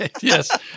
Yes